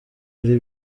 ari